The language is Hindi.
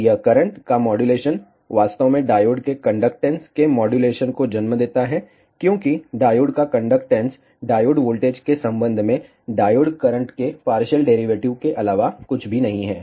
और यह करंट का मॉड्यूलेशन वास्तव में डायोड के कंडक्टेन्स के मॉड्यूलेशन को जन्म देता है क्योंकि डायोड का कंडक्टेंस डायोड वोल्टेज के संबंध में डायोड करंट के पार्शियल डेरिवेटिव के अलावा कुछ भी नहीं है